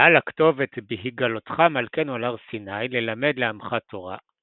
מעל הכתובת "בהגלותך מלכנו על הר סיני ללמד לעמך תורה"